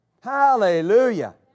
Hallelujah